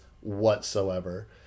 whatsoever